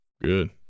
Good